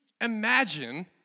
Imagine